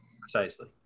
precisely